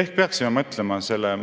ehk peaksime mõtlema